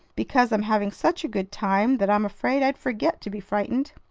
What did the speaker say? because i'm having such a good time that i'm afraid i'd forget to be frightened.